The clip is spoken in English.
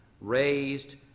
raised